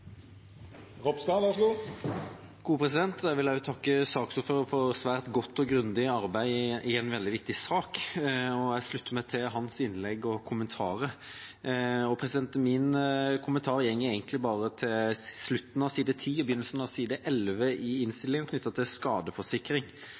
Jeg vil også takke saksordføreren for svært godt og grundig arbeid i en veldig viktig sak, og jeg slutter meg til hans innlegg og kommentarer. Min kommentar gjelder egentlig bare slutten av side 10 og begynnelsen av side 11 i